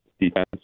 defense